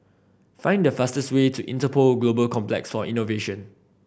find the fastest way to Interpol Global Complex for Innovation